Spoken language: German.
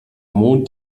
mond